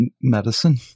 medicine